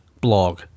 blog